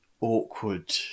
awkward